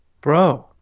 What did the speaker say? bro